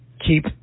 Keep